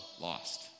lost